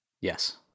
Yes